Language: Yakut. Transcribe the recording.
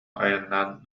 айаннаан